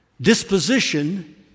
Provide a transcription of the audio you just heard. disposition